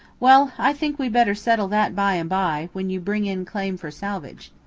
well, i think we'd better settle that by-and-by when you bring in claim for salvage.